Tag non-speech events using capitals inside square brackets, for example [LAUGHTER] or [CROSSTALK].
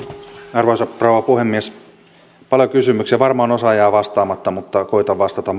arvoisa rouva puhemies paljon kysymyksiä varmaan osaan jää vastaamatta mutta koetan vastata [UNINTELLIGIBLE]